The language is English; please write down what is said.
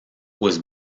was